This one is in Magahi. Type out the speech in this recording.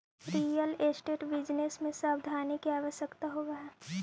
रियल एस्टेट बिजनेस में सावधानी के आवश्यकता होवऽ हई